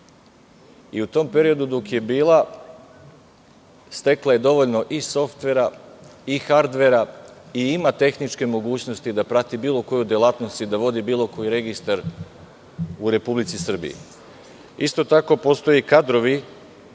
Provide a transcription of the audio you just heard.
i u tom periodu dok je bila stekla je dovoljno i softvera i hardvera i ima tehničke mogućnosti da prati bilo koju delatnost i da vodi bilo koji registar u Republici Srbiji. Isto tako postoje i kadrovi